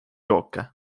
jooke